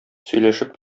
сөйләшеп